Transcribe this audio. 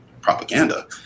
propaganda